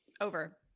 Over